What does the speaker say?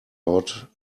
out